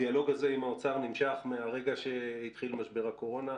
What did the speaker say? הדיאלוג הזה עם האוצר נמשך מהרגע שהתחיל משבר הקורונה.